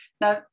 Now